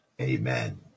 Amen